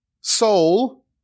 soul